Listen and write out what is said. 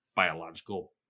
biological